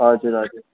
हजुर हजुर